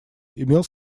имел